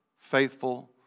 faithful